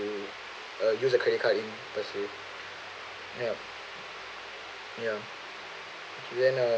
use a credit card in per se yup ya and uh